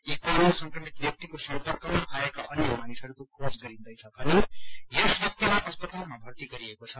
यी कोरोना संक्रमित व्याक्तिको सर्म्पकमा आएका अन्य मानिसहरूको खोज गरिन्दैछ भने यस व्याक्तिलाई अस्पतालमा भर्ती गरिएको छ